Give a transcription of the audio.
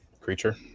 creature